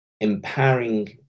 empowering